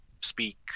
speak